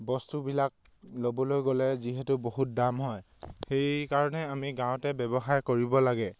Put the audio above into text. বস্তুবিলাক ল'বলৈ গ'লে যিহেতু বহুত দাম হয় সেইকাৰণে আমি গাঁৱতে ব্যৱসায় কৰিব লাগে